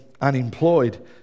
unemployed